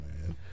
man